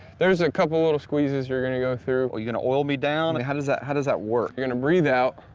there's a couple little squeezes. you're gonna. go through are you gonna? i'll be down and how does that? how does that work? you're gonna breathe out?